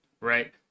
right